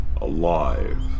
alive